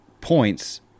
points